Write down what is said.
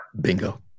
Bingo